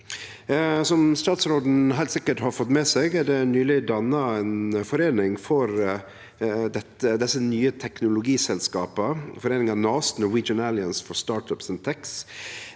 Som statsråden heilt sikkert har fått med seg, er det nyleg danna ei foreining for desse nye teknologiselskapa, foreininga NAST, Norwegian Alliance for Startups & Tech.